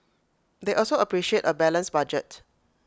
they also appreciate A balanced budget